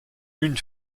une